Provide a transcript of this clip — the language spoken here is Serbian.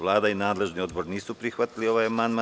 Vlada i nadležni odbor nisu prihvatili ovaj amandman.